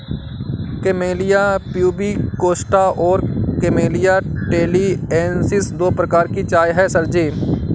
camellia pubicosta और camellia taliensis दो प्रकार की चाय है सर जी